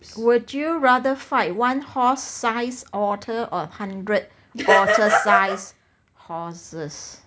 would you rather fight one horse sized otter or hundred otter sized horses